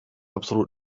absolut